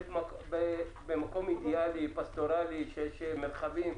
במקום אידיאלי, פסטורלי שיש מרחבים,